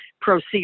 Proceed